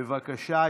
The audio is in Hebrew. בבקשה.